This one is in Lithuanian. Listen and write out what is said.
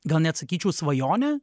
gal net sakyčiau svajonę